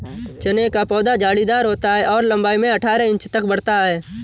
चने का पौधा झाड़ीदार होता है और लंबाई में अठारह इंच तक बढ़ता है